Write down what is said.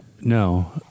No